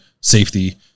safety